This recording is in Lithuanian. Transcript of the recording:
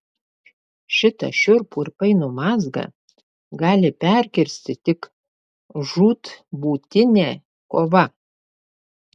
šitą šiurpų ir painų mazgą gali perkirsti tik žūtbūtinė kova